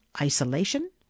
isolation